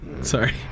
sorry